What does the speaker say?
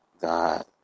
God